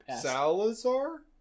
salazar